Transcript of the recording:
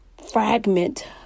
fragment